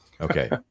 Okay